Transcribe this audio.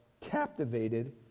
captivated